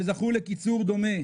שזכו לקיצור דומה,